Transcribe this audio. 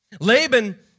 Laban